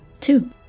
Two